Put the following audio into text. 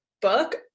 book